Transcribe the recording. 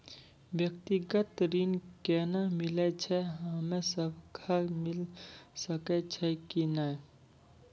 व्यक्तिगत ऋण केना मिलै छै, हम्मे सब कऽ मिल सकै छै कि नै?